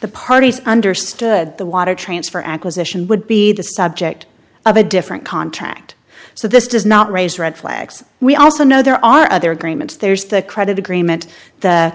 the parties understood the water transfer acquisition would be the subject of a different contract so this does not raise red flags we also know there are other agreements there's the credit agreement the